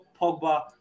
Pogba